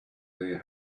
their